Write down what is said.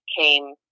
came